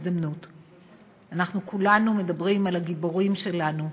אנחנו כולנו מדברים על הגיבורים שלנו,